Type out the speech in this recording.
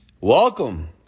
Welcome